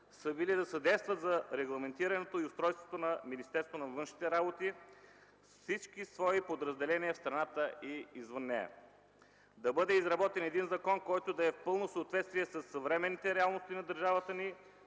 са били да съдействат за регламентирането и устройството на Министерство на външните работи с всички свои подразделения в страната и извън нея; да бъде изработен един закон, който да е в пълно съответствие със съвременните реалности на държавата ни